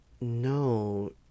No